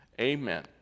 Amen